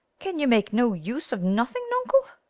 can you make no use of nothing, nuncle?